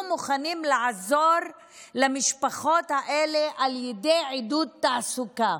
מוכנים לעזור למשפחות האלה על ידי עידוד תעסוקה,